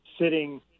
sitting